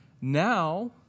Now